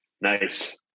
Nice